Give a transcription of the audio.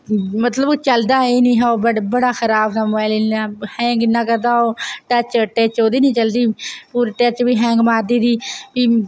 मतलब ओह् चलदा है नि हा ओह् बड़ बड़ा खराब हा मोबाइल इन्ना हैंग इन्ना करदा ओह् टच टच ओह्दी नि पूरी टच बी हैंग मारदी री फ्ही